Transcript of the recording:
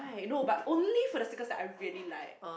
you know but only for the sticker I really like